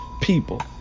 people